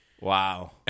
Wow